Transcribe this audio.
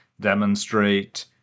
demonstrate